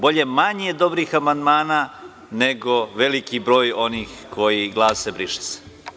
Bolje manje dobrih amandmana nego veliki broj onih koji glase – briše se.